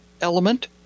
element